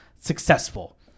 successful